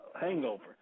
hangover